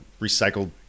recycled